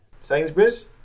Sainsbury's